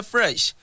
Fresh